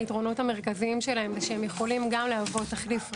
היתרונות המרכזיים שלהם זה שהם יכולים גם להוות תחליף רשת,